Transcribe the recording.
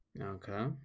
Okay